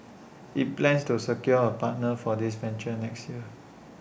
IT plans to secure A partner for this venture next year